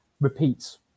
repeats